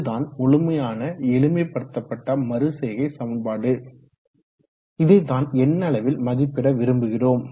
இதுதான் முழுமையான எளிமைப்படுத்தப்பட்ட மறுசெய்கை சமன்பாடு இதைதான் எண்ணளவில் மதிப்பிட விரும்புகிறோம்